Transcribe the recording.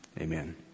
amen